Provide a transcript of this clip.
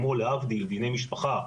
כמו להבדיל בדיני משפחה,